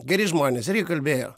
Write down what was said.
geri žmonės irgi kalbėjo